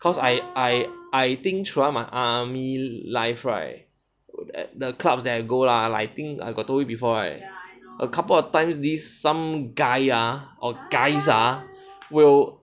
cause I I I think throughout my army life right would at the clubs there go lah I think I got told you before right a couple of times this some guy ah or guys ah will